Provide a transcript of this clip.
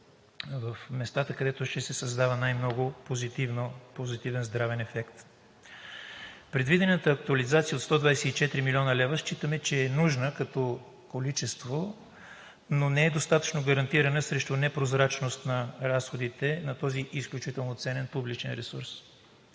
в местата, където ще се създава най-много позитивен здравен ефект. Предвидената актуализация от 124 млн. лв. считаме, че е нужна като количество, но не е достатъчно гарантирана срещу непрозрачност на разходите на този изключително ценен публичен ресурс.